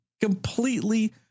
completely